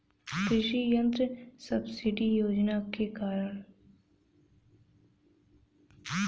कृषि यंत्र सब्सिडी योजना के कारण?